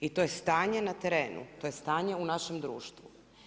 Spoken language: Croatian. I to je stanje na terenu, to je stanje u našem društvu.